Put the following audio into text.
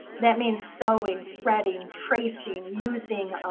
that means sewing, threading, tracing, using